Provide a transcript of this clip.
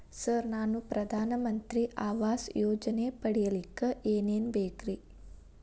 Sir ನಾನು ಪ್ರಧಾನ ಮಂತ್ರಿ ಆವಾಸ್ ಯೋಜನೆ ಪಡಿಯಲ್ಲಿಕ್ಕ್ ಏನ್ ಏನ್ ಬೇಕ್ರಿ?